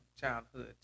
childhood